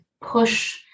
push